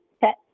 set